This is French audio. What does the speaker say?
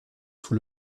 sous